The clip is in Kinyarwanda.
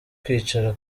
kwicara